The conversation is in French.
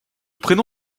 prénom